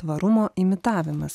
tvarumo imitavimas